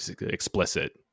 explicit